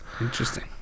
Interesting